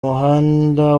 muhanda